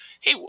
hey